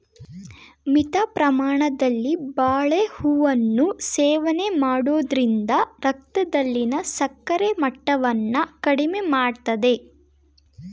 ಮಿತ ಪ್ರಮಾಣದಲ್ಲಿ ಬಾಳೆಹೂವನ್ನು ಸೇವನೆ ಮಾಡೋದ್ರಿಂದ ರಕ್ತದಲ್ಲಿನ ಸಕ್ಕರೆ ಮಟ್ಟವನ್ನ ಕಡಿಮೆ ಮಾಡ್ತದೆ